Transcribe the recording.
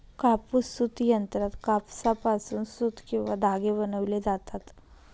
कापूस सूत यंत्रात कापसापासून सूत किंवा धागे बनविले जातात